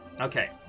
Okay